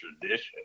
tradition